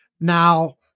Now